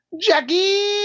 jackie